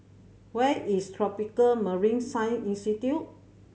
where is Tropical Marine Science Institute